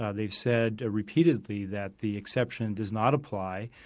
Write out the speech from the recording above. ah they've said repeatedly that the exception does not apply.